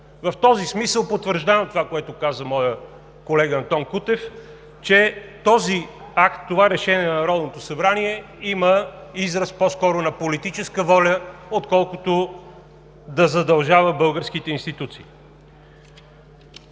В този смисъл потвърждавам това, което каза моя колега Антон Кутев, че този акт, това решение на Народното събрание има израз по-скоро на политическа воля, отколкото да задължава българските институции.